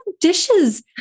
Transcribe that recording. dishes